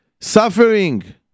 Suffering